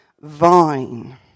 vine